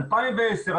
2010,